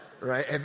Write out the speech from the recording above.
right